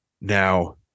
now